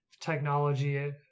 technology